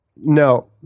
No